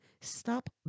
Stop